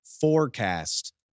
forecast